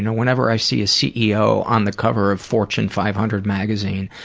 whenever i see a ceo on the cover of fortune five hundred magazine,